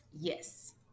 Yes